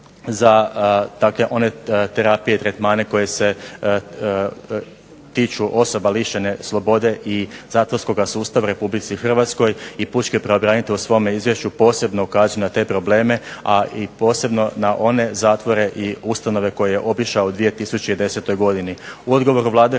za dakle one terapije i tretmane koje se tiču osoba lišene slobode i zatvorskoga sustava u Republici Hrvatskoj, i pučki pravobranitelj u svome izvješću posebno ukazuje na te probleme, a i posebno na one zatvore i ustanove koje je obišao u 2010. godini.